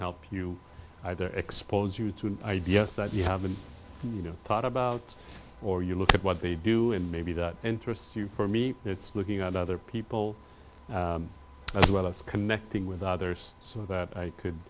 help you either expose you to ideas that you haven't you know thought about or you look at what they do and maybe that interests you for me it's looking at other people as well as connecting with others so that i could